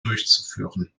durchzuführen